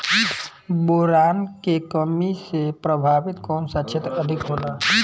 Boron के कमी से प्रभावित कौन सा क्षेत्र अधिक होला?